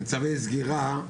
צווי סגירה,